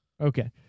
Okay